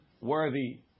worthy